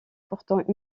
pourtant